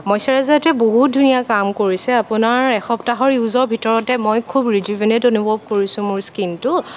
মইশ্ৱাৰাইজাৰটোৱে বহুত ধুনীয়া কাম কৰিছে আপোনাৰ এসপ্তাহৰ ইউজৰ ভিতৰতে মই খুব ৰিজুভিনেট অনুভৱ কৰিছোঁ মোৰ স্কিনটো